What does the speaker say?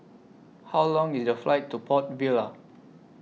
How Long IS The Flight to Port Vila